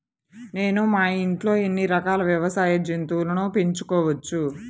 నేను మా ఇంట్లో ఎన్ని రకాల వ్యవసాయ జంతువులను పెంచుకోవచ్చు?